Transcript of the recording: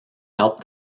helped